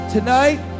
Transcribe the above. Tonight